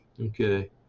Okay